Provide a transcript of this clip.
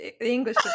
English